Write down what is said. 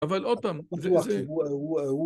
אבל עוד פעם, זה זה